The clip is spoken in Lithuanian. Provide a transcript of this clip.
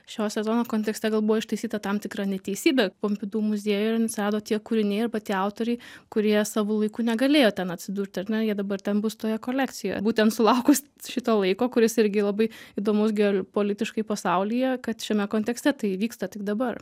šio sezono kontekste gal buvo ištaisyta tam tikra neteisybė pompidu muziejuje atsirado tie kūriniai arba tie autoriai kurie savu laiku negalėjo ten atsidurti ar ne jie dabar ten bus toje kolekcijoje būtent sulaukus šito laiko kuris irgi labai įdomus geopolitiškai pasaulyje kad šiame kontekste tai įvyksta tik dabar